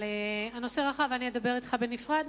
אבל הנושא רחב, ואני אדבר אתך עליו בנפרד.